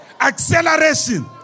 acceleration